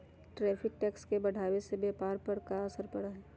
tariff tax के बढ़ावे से व्यापार पर का असर पड़ा हई